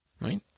Right